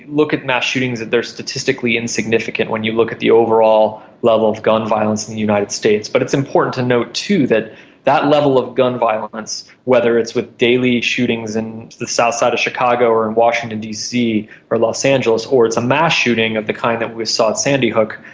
look at mass shootings, they are statistically insignificant when you look at the overall level of gun violence in the united states, but it's important to note too that that level of gun violence, whether it's with daily shootings in the south side of chicago or in washington dc or los angeles or it's a mass shooting of the kind that we saw at sandy hook,